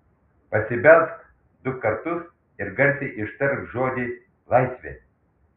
pasibelsk du kartus ir garsiai ištark žodį laisvė